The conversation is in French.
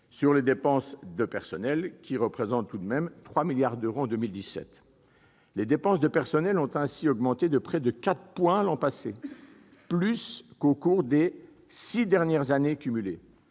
sur les dépenses de personnel, qui représente tout de même 3 milliards d'euros en 2017. Les dépenses de personnel ont ainsi augmenté de près de 4 points l'an passé, soit plus qu'au cours des six dernières années cumulées.